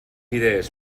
idees